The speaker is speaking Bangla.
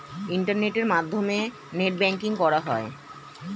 ইন্টারনেটের মাধ্যমে নেট ব্যাঙ্কিং করা হয়